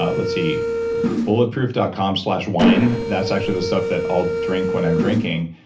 ah let's see bulletproof dot com slash wine. that's actually the stuff that i'll drink when i'm drinking,